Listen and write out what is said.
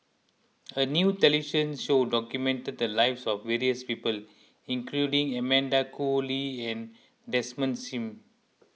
a new television show documented the lives of various people including Amanda Koe Lee and Desmond Sim